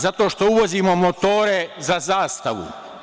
Zato što uvozimo motore za „Zastavu“